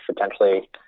Potentially